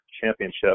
championship